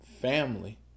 family